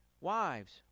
wives